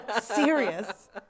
serious